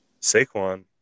Saquon